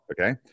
Okay